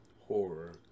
Horror